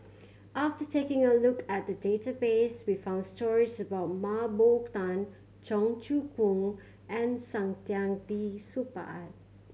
after taking a look at the database we found stories about Mah Bow Tan Cheong Choong Kong and Saktiandi Supaat